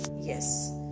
Yes